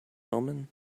wellman